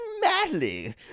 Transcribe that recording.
madly